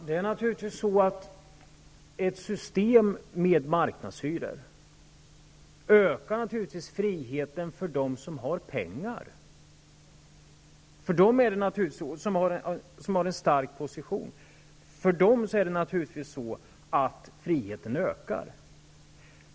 Fru talman! Ett system med marknadshyror ökar naturligtvis friheten för dem som har pengar och en stark position.